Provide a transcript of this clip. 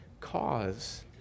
cause